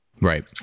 Right